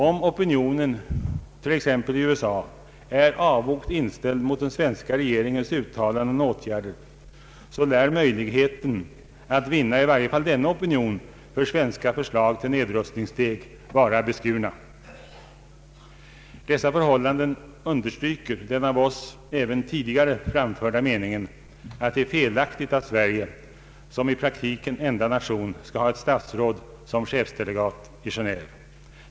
Om opinionen i t.ex. USA är avogt inställd mot den svenska regeringens uttalanden och åtgärder så lär möjligheterna att vinna i varje fall denna opinion för svenska förslag till nedrustningssteg vara beskurna. Dessa förhållanden understryker den av oss även tidigare framförda meningen, att det är felaktigt att Sverige som i praktiken enda nation skall ha ett statsråd såsom chefsdelegat i Geneve.